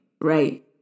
right